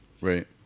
right